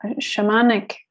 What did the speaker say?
shamanic